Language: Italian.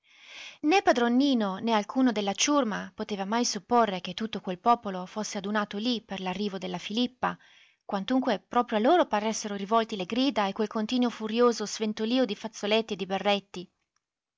né padron nino né alcuno della ciurma poteva mai supporre che tutto quel popolo fosse adunato lì per l'arrivo della filippa quantunque proprio a loro paressero rivolti le grida e quel continuo furioso sventolio di fazzoletti e di berretti